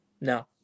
No